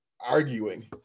arguing